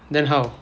then how